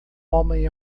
homem